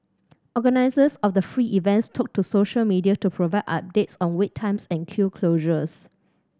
organisers of the free events took to social media to provide updates on wait times and queue closures